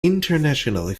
internationally